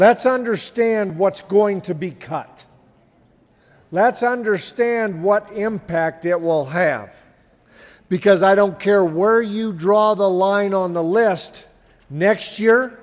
let's understand what's going to be cut let's understand what impact it will have because i don't care where you draw the line on the list next year